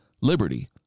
liberty